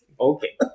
Okay